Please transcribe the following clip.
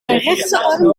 rechterarm